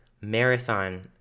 marathon